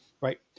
Right